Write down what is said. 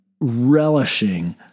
relishing